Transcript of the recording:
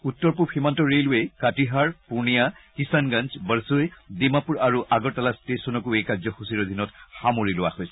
উত্তৰ পূব সীমান্ত ৰেলৱেইৰ কাটিহাৰ পূৰ্ণিয়া কিষানগঞ্জ বৰচৈ ডিমাপুৰ আৰু আগৰতলা ষ্টেচনকো এই কাৰ্যসূচীৰ অধীনত সামৰি লোৱা হৈছে